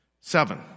Seven